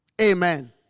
Amen